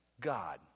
God